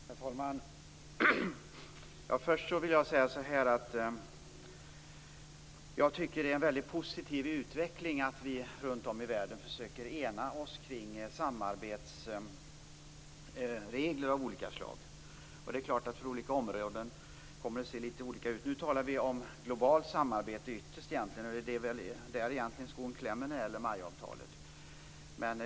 Herr talman! Först vill jag säga att jag tycker att det är en positiv utveckling att vi runt om i världen försöker ena oss kring samarbetsregler av olika slag. För olika områden kommer det att se litet olika ut. Nu talar vi ytterst om globalt samarbete, och det är väl där skon klämmer när det gäller MAI-avtalet.